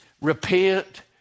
repent